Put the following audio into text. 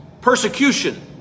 persecution